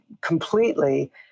completely